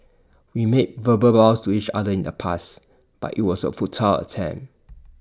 we made verbal vows to each other in the past but IT was A futile attempt